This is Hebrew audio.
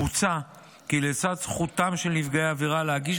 מוצע כי לצד זכותם של נפגעי עבירה להגיש